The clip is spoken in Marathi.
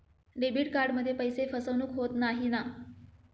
डेबिट कार्डमध्ये पैसे फसवणूक होत नाही ना?